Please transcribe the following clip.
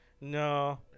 No